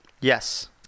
Yes